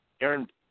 Aaron